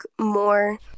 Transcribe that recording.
more